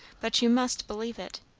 but you must believe it.